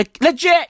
Legit